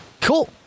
Cool